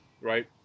right